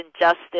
injustice